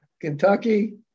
Kentucky